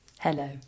Hello